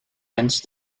lens